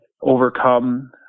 overcome